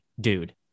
dude